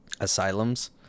Asylums